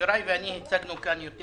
חבריי ואני הצגנו פה יותר